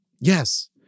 yes